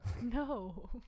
No